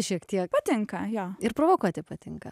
šiek tiek patinka jo ir provokuoti patinka